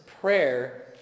prayer